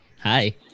Hi